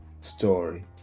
story